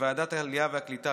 בוועדת העלייה והקליטה,